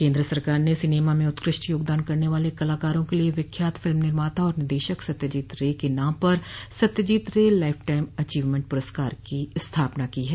केन्द्र सरकार ने सिनेमा में उत्कृष्ट योगदान करने वाले कलाकारों के लिए विख्यात फिल्म निर्माता और निर्देशक सत्यजीत रे के नाम पर सत्यजीत रे लाइफटाइम अचीवमेंट पुरस्कार की स्थापना की है